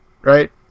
right